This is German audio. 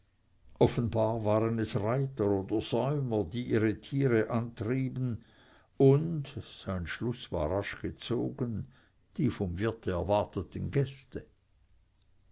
offenbar waren es reiter oder säumer die ihre tiere antrieben und sein schluß war rasch gezogen die vom wirte erwarteten gäste